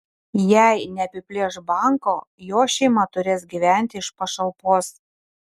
jei neapiplėš banko jo šeima turės gyventi iš pašalpos